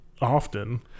often